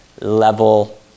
level